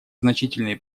значительные